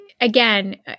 Again